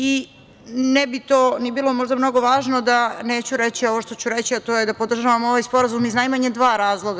I ne bi to ni bilo možda mnogo važno da neću reći ovo što ću reći, a to je da podržavam ovaj sporazum iz najmanje dva razloga.